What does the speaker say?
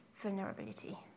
vulnerability